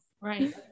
right